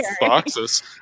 boxes